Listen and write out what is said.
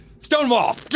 Stonewall